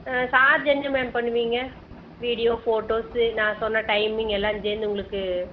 charge என்ன ma'am பண்ணுவீங்க video photos நான் சொன்ன டைமிங் எல்லாம் சேர்ந்து உங்களுக்கு